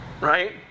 Right